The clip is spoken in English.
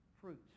fruits